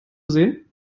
sehen